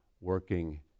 working